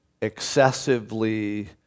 excessively